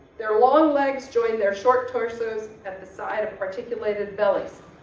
their long legs join their short torsos at the side of articulated bellies.